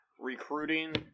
recruiting